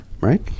Right